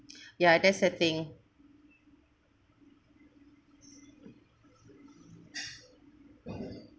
ya that's the thing